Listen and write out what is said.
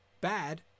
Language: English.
bad